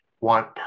want